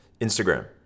Instagram